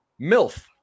milf